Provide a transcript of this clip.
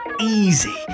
easy